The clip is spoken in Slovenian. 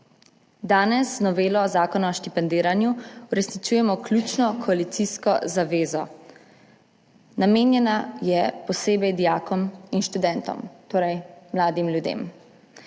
Danes z novelo Zakona o štipendiranju uresničujemo ključno koalicijsko zavezo, namenjena je posebej dijakom in študentom, torej mladim ljudem.